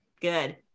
Good